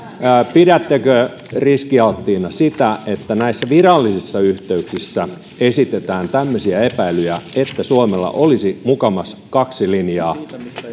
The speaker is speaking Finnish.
pidättekö riskialttiina sitä että näissä virallisissa yhteyksissä esitetään tämmöisiä epäilyjä että suomella olisi mukamas kaksi linjaa